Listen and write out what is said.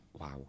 wow